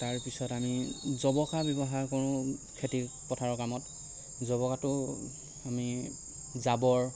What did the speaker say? তাৰ পিছত আমি জবকা ব্যৱহাৰ কৰোঁ খেতি পথাৰৰ কামত জবকাটো আমি জাবৰ